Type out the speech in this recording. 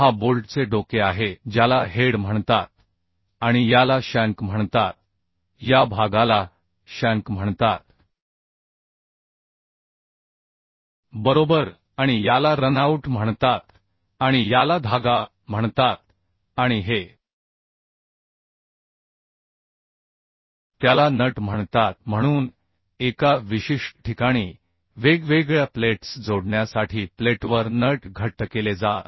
पहा बोल्टचे डोके आहे ज्याला हेड म्हणतात आणि याला शँक म्हणतात या भागाला शँक म्हणतात बरोबर आणि याला रनआउट म्हणतात आणि याला धागा म्हणतात आणि हे त्याला नट म्हणतात म्हणून एका विशिष्ट ठिकाणी वेगवेगळ्या प्लेट्स जोडण्यासाठी प्लेटवर नट घट्ट केले जातात